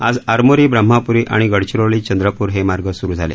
आज आरमोरी ब्रम्हमप्री आणि गडचिरोली चंद्रपूर हे मार्ग स्रु झाले